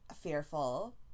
fearful